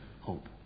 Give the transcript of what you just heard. hope